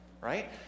Right